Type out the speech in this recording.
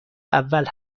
اول